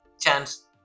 chance